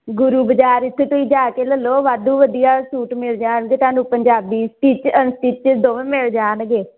ਗੁਰੂ ਬਜ਼ਾਰ ਜਿੱਥੇ ਤੁਸੀਂ ਜਾ ਕੇ ਲੇ ਲਉ ਵਾਧੂ ਵਧੀਆ ਸੂਟ ਮਿਲ ਜਾਣਗੇ ਤੁਹਾਨੂੰ ਪੰਜਾਬੀ ਸਟਿੱਚ ਅਣਸਟਿੱਚ ਦੋਵੇਂ ਮਿਲ ਜਾਣਗੇ